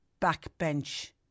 backbench